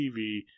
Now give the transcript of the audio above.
TV